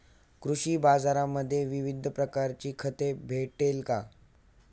कृषी बाजारांमध्ये विविध प्रकारची खते भेटेल का?